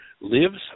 Lives